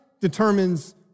determines